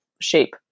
shape